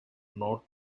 not